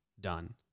done